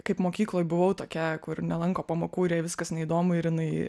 kaip mokykloj buvau tokia kur nelanko pamokų ir jai viskas neįdomu ir jinai